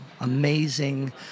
amazing